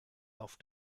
auf